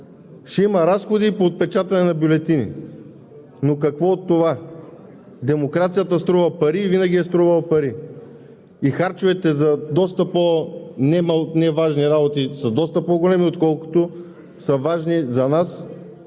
ще има разходи по отпечатване на бюлетини. Но какво от това? Демокрацията струва пари и винаги е струвала пари. Харчовете за много по-маловажни работи са доста по-големи, отколкото за важните за нас